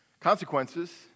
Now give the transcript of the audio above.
consequences